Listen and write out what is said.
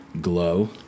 glow